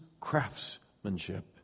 craftsmanship